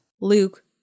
Luke